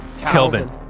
Kelvin